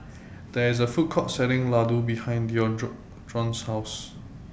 There IS A Food Court Selling Ladoo behind Dejon's House